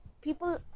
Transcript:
people